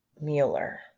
Mueller